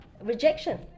rejection